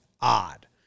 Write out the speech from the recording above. odd